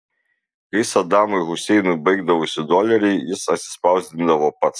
kai sadamui huseinui baigdavosi doleriai jis atsispausdindavo pats